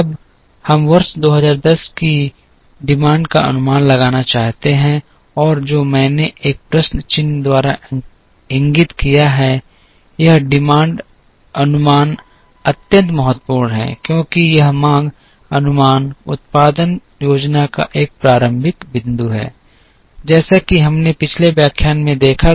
अब हम वर्ष 2010 की मांग का अनुमान लगाना चाहते हैं और जो मैंने एक प्रश्न चिह्न द्वारा इंगित किया है यह मांग अनुमान अत्यंत महत्वपूर्ण है क्योंकि यह मांग अनुमान उत्पादन योजना का एक प्रारंभिक बिंदु है जैसा कि हमने पिछले व्याख्यान में देखा था